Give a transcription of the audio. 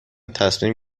تصمیم